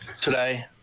today